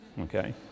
okay